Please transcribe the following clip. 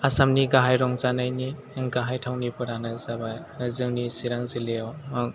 आसामनि गाहाय रंजानायनि गाहाय थावनिफोरानो जाबाय जोंनि चिरां जिल्लायाव